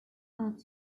after